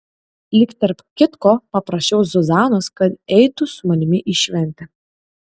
lyg tarp kitko paprašiau zuzanos kad eitų su manimi į šventę